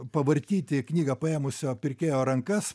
pavartyti knygą paėmusio pirkėjo rankas